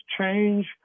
change